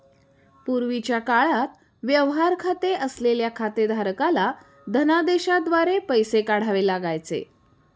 पूर्वीच्या काळात व्यवहार खाते असलेल्या खातेधारकाला धनदेशाद्वारे पैसे काढावे लागायचे